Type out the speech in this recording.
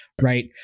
right